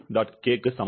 K க்கு சமம்